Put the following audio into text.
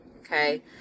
okay